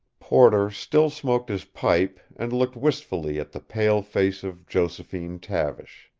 porter still smoked his pipe, and looked wistfully at the pale face of josephine tavish.